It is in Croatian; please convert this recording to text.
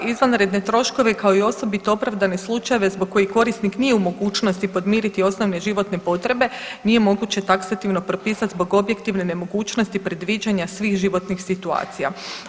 Izvanredne troškove, kao i osobito opravdane slučajeve zbog kojih korisnik nije u mogućnosti podmiriti osnovne životne potrebe nije moguće taksativno propisat zbog objektivne nemogućnosti predviđanja svih životnih situacija.